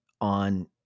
on